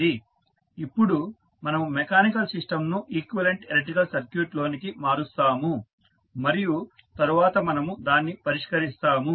ఇప్పుడు మనము మెకానికల్ సిస్టంను ఈక్వివలెంట్ ఎలక్ట్రికల్ సర్క్యూట్ లోనికి మారుస్తాము మరియు తరువాత మనము దాన్ని పరిష్కరిస్తాము